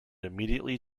immediately